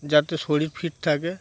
যাতে শরীর ফিট থাকে